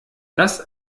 das